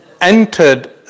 entered